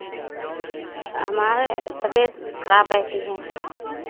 हमारे तबियत खराब रहती है